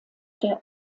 der